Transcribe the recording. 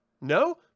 No